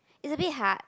it's a bit hard